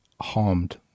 harmed